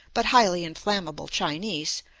but highly inflammable chinese,